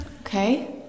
Okay